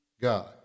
God